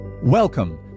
Welcome